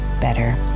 better